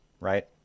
right